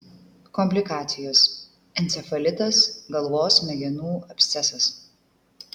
komplikacijos encefalitas galvos smegenų abscesas